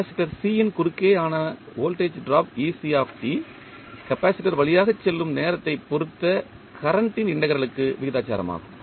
capacitor C ன் குறுக்கேயான voltage drop capacitor வழியாக செல்லும் நேரத்தை பொருத்த கரண்ட் இன் இண்டெக்ரல் க்கு விகிதாசாரமாகும்